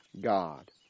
God